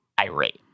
irate